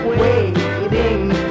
waiting